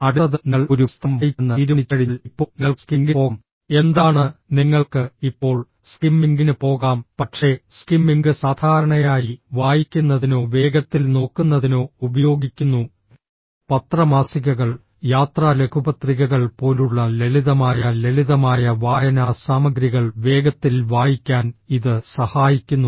അടുത്തത് നിങ്ങൾ ഒരു പുസ്തകം വായിക്കുമെന്ന് തീരുമാനിച്ചുകഴിഞ്ഞാൽ ഇപ്പോൾ നിങ്ങൾക്ക് സ്കിമ്മിംഗിന് പോകാം എന്താണ് നിങ്ങൾക്ക് ഇപ്പോൾ സ്കിമ്മിംഗിന് പോകാം പക്ഷേ സ്കിമ്മിംഗ് സാധാരണയായി വായിക്കുന്നതിനോ വേഗത്തിൽ നോക്കുന്നതിനോ ഉപയോഗിക്കുന്നു പത്ര മാസികകൾ യാത്രാ ലഘുപത്രികകൾ പോലുള്ള ലളിതമായ ലളിതമായ വായനാ സാമഗ്രികൾ വേഗത്തിൽ വായിക്കാൻ ഇത് സഹായിക്കുന്നു